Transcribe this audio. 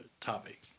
topic